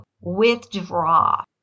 withdraw